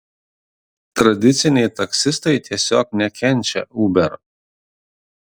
tradiciniai taksistai tiesiog nekenčia uber